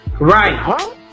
Right